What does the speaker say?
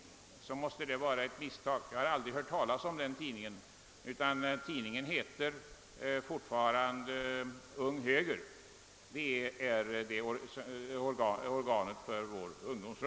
Det måste vara ett misstag. Jag har aldrig hört talas om denna tidning. Organet för vår ungdomsrörelse heter fortfarande Ung Höger.